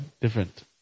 different